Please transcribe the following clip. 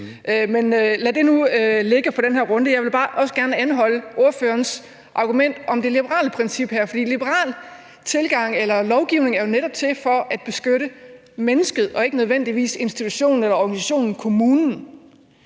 nu det ligge for den her runde. Jeg vil også bare gerne anholde ordførerens argument om det liberale princip her, for en liberal tilgang eller lovgivning er jo netop til for at beskytte mennesket og ikke nødvendigvis institutionen eller organisationen, kommunen.